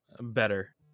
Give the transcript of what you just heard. better